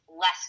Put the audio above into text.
less